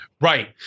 Right